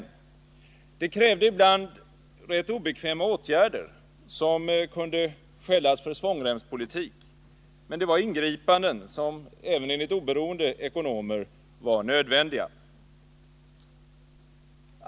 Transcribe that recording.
Det arbetet krävde ibland rätt obekväma åtgärder som kunde skällas för svångremspolitik, men det var fråga om åtgärder som även enligt oberoende ekonomer var nödvändiga.